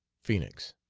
phoenix